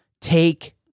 take